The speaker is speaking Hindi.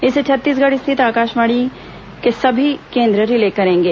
इसे छत्तीसगढ़ स्थित आकाशवाणी के सभी केंद्र रिले करेंगे